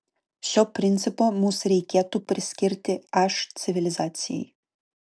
šio principo mus reikėtų priskirti h civilizacijai